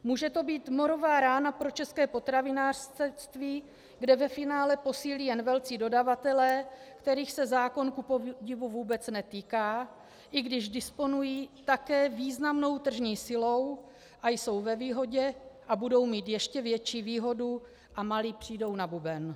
Může to být morová rána pro české potravinářství, kde ve finále posílí jen velcí dodavatelé, kterých se zákon kupodivu vůbec netýká, i když disponují také významnou tržní silou a jsou ve výhodě a budou mít ještě větší výhodu a malí přijdou na buben.